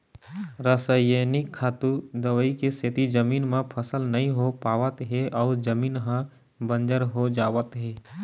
रसइनिक खातू, दवई के सेती जमीन म फसल नइ हो पावत हे अउ जमीन ह बंजर हो जावत हे